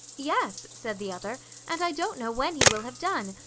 yes, said the other and i don't know when he will have done,